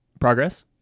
progress